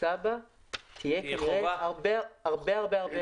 הפריסה בה תהיה כנראה קלה מאוד.